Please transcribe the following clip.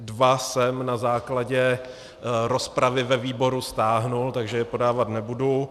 Dva jsem na základě rozpravy ve výboru stáhl, takže je podávat nebudu.